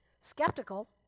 Skeptical